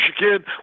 Michigan